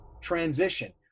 transition